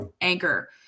anchor